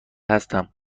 هستم